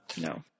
No